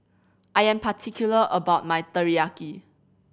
I am particular about my Teriyaki